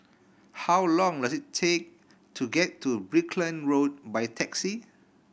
how long does it take to get to Brickland Road by taxi